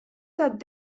tad